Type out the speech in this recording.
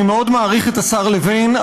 אני מאוד מעריך את השר לוין,